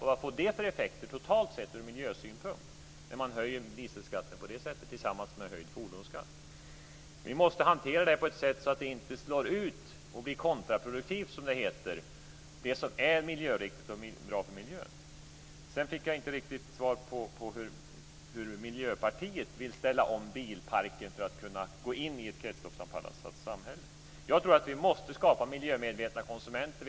Och vad får det för effekter total sett ur miljösynpunkt när man höjer dieselskatten på det sättet tillsammans med höjd fordonsskatt? Vi måste hantera det här på ett sådant sätt att det inte slår ut, och blir kontraproduktivt som det heter, det som är miljöriktigt och bra för miljön. Sedan fick jag inte riktigt svar på hur Miljöpartiet vill ställa om bilparken för att kunna gå in i ett kretsloppsanpassat samhälle. Jag tror att vi måste skapa miljömedvetna konsumenter.